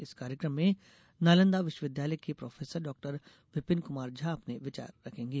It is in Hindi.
इस कार्यकम में नालंदा विश्वविद्यालय के प्रोफेसर डाक्टर विपिन कुमार झा अपने विचार रखेंगे